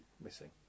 missing